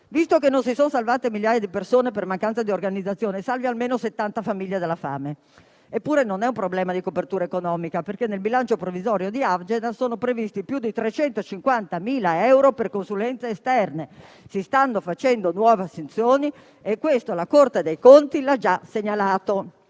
Visto che non si sono salvate migliaia di persone per mancanza di organizzazione, salvi almeno 70 famiglie dalla fame. Eppure non è un problema di copertura economica, perché nel bilancio provvisorio di Agenas sono previsti più di 350.000 euro per consulenze esterne, si stanno facendo nuove assunzioni e questo la Corte dei conti l'ha già segnalato.